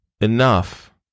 enough